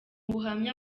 ubuhamya